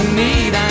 need